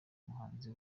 muhanzi